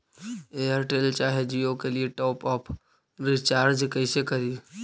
Airtel चाहे जियो के लिए टॉप अप रिचार्ज़ कैसे करी?